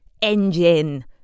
Engine